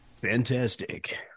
Fantastic